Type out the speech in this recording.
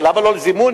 למה לא זימון?